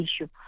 issue